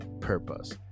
purpose